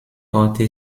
orte